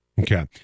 Okay